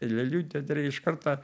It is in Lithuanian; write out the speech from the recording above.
lėlių teatre iš karto